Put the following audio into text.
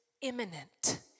imminent